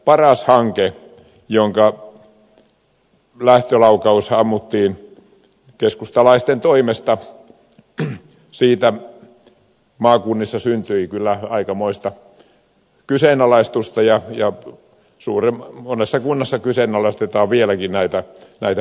paras hankkeesta jonka lähtölaukaus ammuttiin keskustalaisten toimesta syntyi kyllä maakunnissa aikamoista kyseenalaistusta ja monessa kunnassa kyseenalaistetaan vieläkin näitä pyrkimyksiä